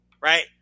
right